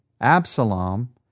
Absalom